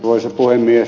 arvoisa puhemies